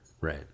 Right